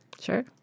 Sure